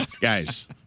guys